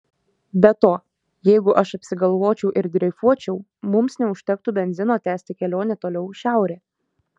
be to jeigu aš apsigalvočiau ir dreifuočiau mums neužtektų benzino tęsti kelionę toliau į šiaurę